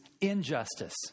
injustice